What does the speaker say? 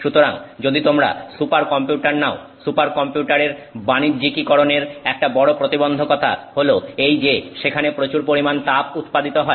সুতরাং যদি তোমরা সুপারকম্পিউটার নাও সুপারকম্পিউটারের বাণিজ্যিকীকরণের একটা বড় প্রতিবন্ধকতা হলো এই যে সেখানে প্রচুর পরিমান তাপ উৎপাদিত হয়